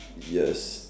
yes